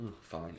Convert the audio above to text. Fine